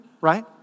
right